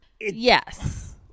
Yes